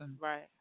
Right